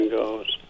goes